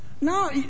No